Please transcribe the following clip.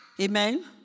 Amen